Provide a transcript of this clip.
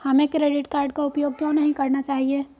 हमें credit card का उपयोग क्यों नहीं करना चाहिए?